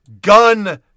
gun